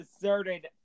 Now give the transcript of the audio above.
deserted